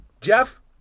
Jeff